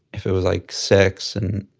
if it was, like, six and,